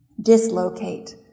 dislocate